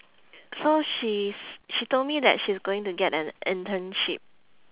so she's she told me that she's going to get an internship